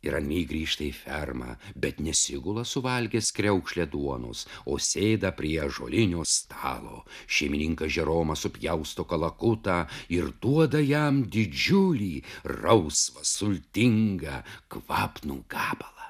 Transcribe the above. ir ramiai grįžta į fermą bet nesigula suvalgęs kriaukšlę duonos o sėda prie ąžuolinio stalo šeimininkas džeromas supjausto kalakutą ir duoda jam didžiulį rausvą sultingą kvapnų gabalą